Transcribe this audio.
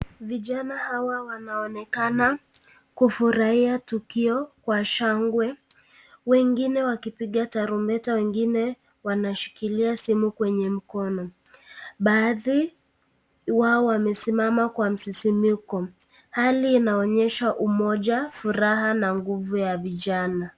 Vijana hawa wanaonekana kufurahia tukio kwa shangwe wengine wakipiga tarumbeta wengine wanashikilia simu kwenye mkono. Baadhi wao wamesimama kwa msisimko. Hali inaonyesha umoja, furaha na nguvu ya vijana.